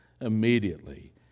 immediately